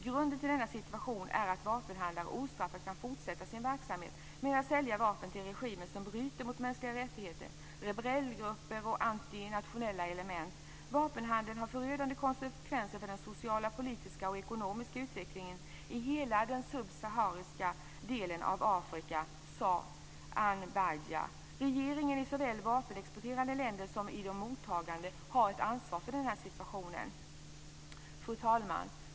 Grunden till denna situation är att vapenhandlare ostraffat kan fortsätta sin verksamhet med att sälja vapen till regimer som bryter mot mänskliga rättigheter, rebellgrupper och antinationella element. Vapenhandeln har förödande konsekvenser för den sociala, politiska och ekonomiska utvecklingen i hela den subsahariska delen av Afrika, sade Andjaba. Regeringarna i såväl de vapenexporterande länderna som de mottagande har ett ansvar för denna situation. Fru talman!